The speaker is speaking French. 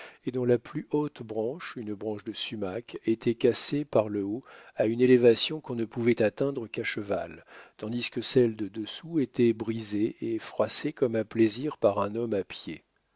et dont la plus haute branche une branche de sumac était cassée par le haut à une élévation qu'on ne pouvait atteindre qu'à cheval tandis que celles de dessous étaient brisées et froissées comme à plaisir par un homme à pied